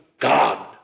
God